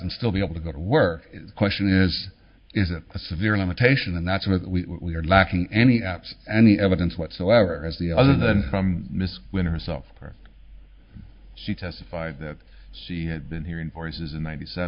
and still be able to go to work question is isn't a severe limitation and that's where we are lacking any apps any evidence whatsoever as the other than from misc when herself she testified that she had been hearing voices in ninety